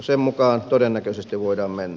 sen mukaan todennäköisesti voidaan mennä